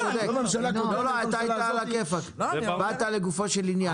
אתה צודק, היית על הכיפק, דיברת לגופו של עניין.